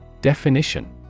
Definition